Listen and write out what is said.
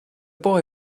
boy